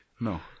No